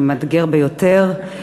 שהוא מאתגר ביותר.